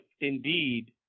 indeed